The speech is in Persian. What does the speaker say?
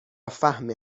فهم